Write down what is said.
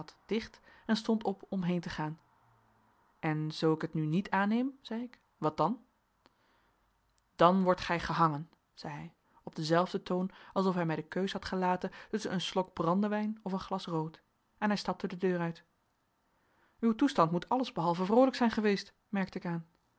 dicht en stond op om heen te gaan en zoo ik het nu niet aanneem zei ik wat dan dan wordt gij gehangen zei hij op denzelfden toon alsof hij mij de keus had gelaten tusschen een slok brandewijn of een glas rood en hij stapte de deur uit uw toestand moet alles behalve vroolijk zijn geweest merkte ik aan